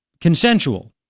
consensual